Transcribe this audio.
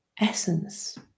essence